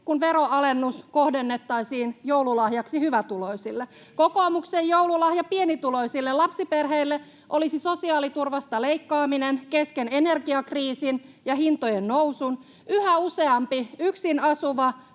kun veroalennus kohdennettaisiin joululahjaksi hyvätuloisille. Kokoomuksen joululahja pienituloisille lapsiperheille olisi sosiaaliturvasta leikkaaminen kesken energiakriisin ja hintojen nousun. Yhä useampi yksin asuva,